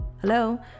Hello